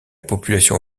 population